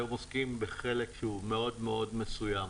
היום עוסקים בחלק שהוא מאוד מאוד מסוים.